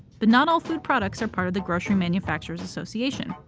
but not all food products are part of the grocery manufacturers association.